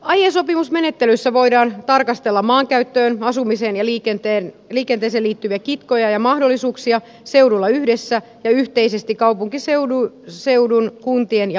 aiesopimusmenettelyssä voidaan tarkastella maankäyttöön asumiseen ja liikenteeseen liittyviä kitkoja ja mahdollisuuksia seudulla yhdessä ja yhteisesti kaupunkiseudun kuntien ja valtion kesken